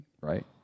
right